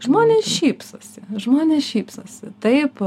žmonės šypsosi žmonės šypsosi taip